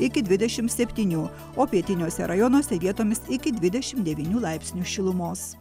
iki dvidešim septynių o pietiniuose rajonuose vietomis iki dvidešim devynių laipsnių šilumos